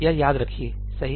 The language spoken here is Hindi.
यह याद रखिए सही